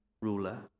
ruler